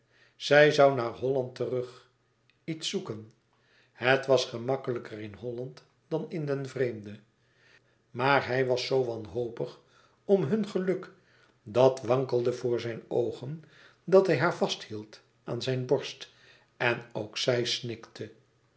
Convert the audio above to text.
zij zoû naar holland terug iets zoeken het was gemakkelijker in holland dan in den vreemde maar hij was zoo wanhopig om hun geluk dat wankelde voor zijn oogen dat hij haar vast hield aan zijn borst en ook zij snikte